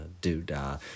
do-da